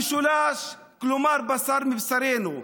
כלומר, המשולש בשר מבשרנו.